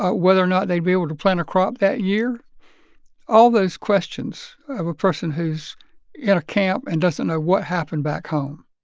ah whether or not they'd be able to plant a crop that year all those questions of a person who's in a camp and doesn't know what happened back home